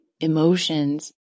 emotions